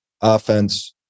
offense